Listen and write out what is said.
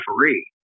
referee